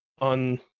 on